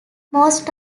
most